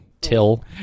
Till